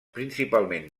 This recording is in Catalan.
principalment